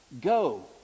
Go